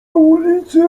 ulicy